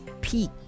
peak